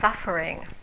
suffering